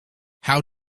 how